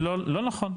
לא נכון.